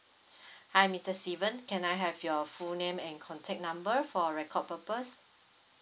hi mister steven can I have your full name and contact number for record purpose